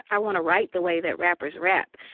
i want to write the way that rappers rap.